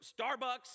Starbucks